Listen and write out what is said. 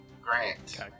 Grant